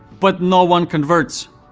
but no one converts.